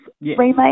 remake